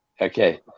Okay